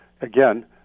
Again